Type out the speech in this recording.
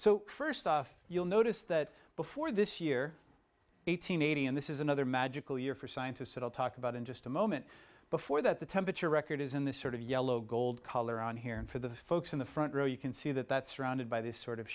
so first off you'll notice that before this year eight hundred eighty and this is another magical year for scientists that i'll talk about in just a moment before that the temperature record is in the sort of yellow gold color on here and for the folks in the front row you can see that that's surrounded by this sort of